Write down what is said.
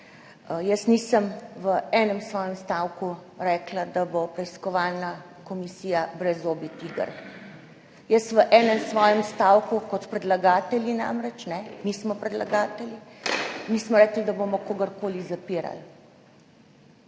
Jaz nisem v enem svojem stavku rekla, da bo preiskovalna komisija brezzobi tiger. Jaz v enem svojem stavku oziroma kot predlagatelji, namreč mi smo predlagatelji, nismo rekli, da bomo kogarkoli zapirali,